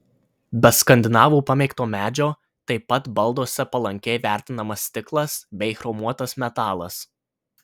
be skandinavų pamėgto medžio taip pat balduose palankiai vertinamas stiklas bei chromuotas metalas